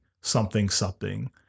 something-something